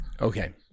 Okay